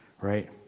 Right